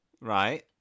right